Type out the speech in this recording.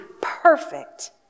perfect